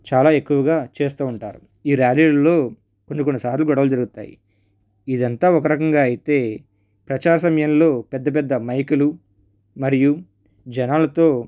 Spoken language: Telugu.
చాలా ఎక్కువగా చేస్తూ ఉంటారు ఈ ర్యాలీలలో కొన్ని కొన్ని సార్లు గొడవలు జరుగుతాయి ఇదంతా ఒకరకంగా అయితే ప్రచార సమయంలో పెద్దపెద్ద మైకులు మరియు జనాలతో